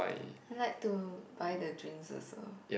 like to buy the drinks also